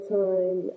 time